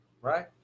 Right